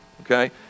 Okay